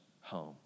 home